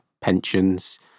pensions